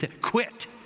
Quit